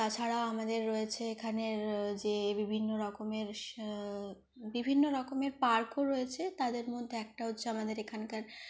তাছাড়া আমাদের রয়েছে এখানের যে বিভিন্নরকমের বিভিন্ন রকমের পার্কও রয়েছে তাদের মধ্যে একটা হচ্ছে আমাদের এখানকার